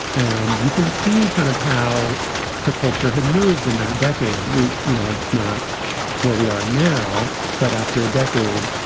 and you can see kind of how the culture had moved in that decade. we know it's not where we are now, but after a decade,